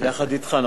יחד אתך.